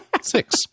Six